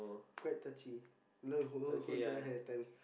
quite touchy love hold holds his hair all times